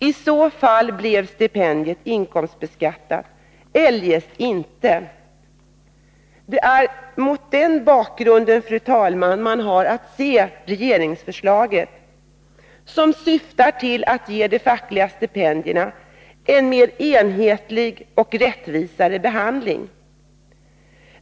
I så fall blev Det är mot denna bakgrund, fru talman, man har att se regeringsförslaget, som syftar till att ge de fackliga stipendierna en mer enhetlig och rättvisare behandling.